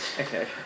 Okay